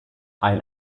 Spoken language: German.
ein